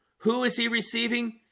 who is he receiving?